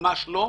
ממש לא,